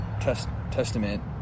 testament